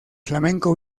flamenco